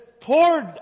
poured